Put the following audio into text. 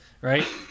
right